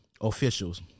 officials